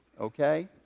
Okay